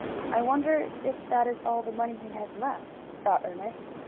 i wonder if that is all the money he has left? thought ernest.